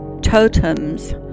totems